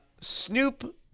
Snoop